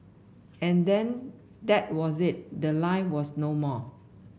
and then that was it the line was no more